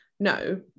No